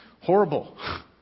horrible